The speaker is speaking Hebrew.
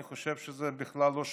אני חושב שזה בכלל לא שקול.